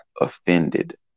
offended